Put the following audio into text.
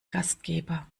gastgeber